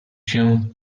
się